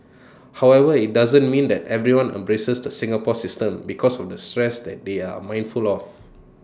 however IT doesn't mean that everyone embraces the Singapore system because of the stress that they are mindful of